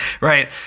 right